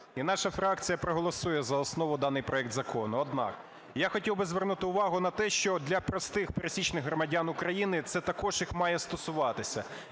І наша фракція проголосує за основу даний проект Закону. Однак, я хотів би звернути увагу на те, що для простих пересічних громадян України – це також їх має стосуватися.